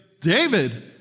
David